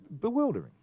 bewildering